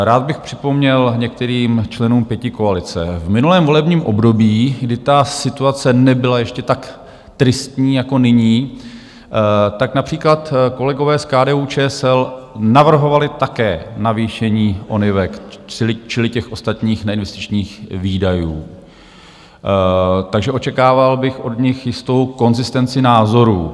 Rád bych připomněl některým členům pětikoalice: v minulém volebním období, kdy ta situace nebyla ještě tak tristní jako nyní, například kolegové z KDUČSL navrhovali také navýšení ONIV čili těch ostatních neinvestičních výdajů, takže očekával bych od nich jistou konzistenci názorů.